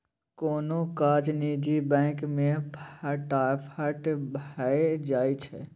कोनो काज निजी बैंक मे फटाफट भए जाइ छै